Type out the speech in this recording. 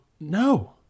no